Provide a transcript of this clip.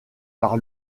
par